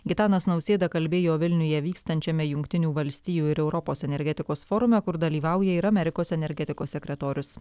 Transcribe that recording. gitanas nausėda kalbėjo vilniuje vykstančiame jungtinių valstijų ir europos energetikos forume kur dalyvauja ir amerikos energetikos sekretorius